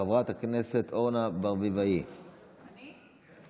חברת הכנסת אורנה ברביבאי, בבקשה.